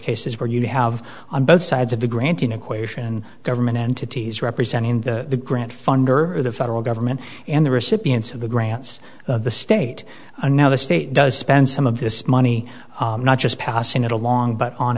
cases where you have on both sides of the granting equation government entities representing the grant funder or the federal government and the recipients of the grants the state and now the state does spend some of this money not just passing it along but on